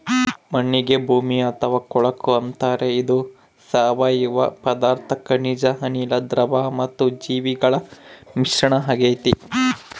ಮಣ್ಣಿಗೆ ಭೂಮಿ ಅಥವಾ ಕೊಳಕು ಅಂತಾರೆ ಇದು ಸಾವಯವ ಪದಾರ್ಥ ಖನಿಜ ಅನಿಲ, ದ್ರವ ಮತ್ತು ಜೀವಿಗಳ ಮಿಶ್ರಣ ಆಗೆತೆ